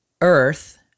earth